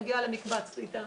מגיעה למקבץ קליטה.